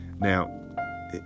Now